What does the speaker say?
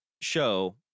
show